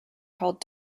called